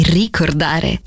ricordare